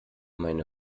meine